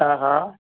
हा हा